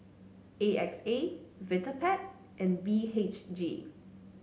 A X A Vitapet and B H G